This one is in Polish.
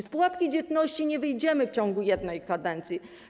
Z pułapki dzietności nie wyjdziemy w ciągu jednej kadencji.